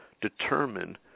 determine